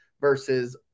versus